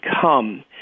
come